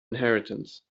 inheritance